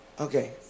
Okay